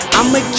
I'ma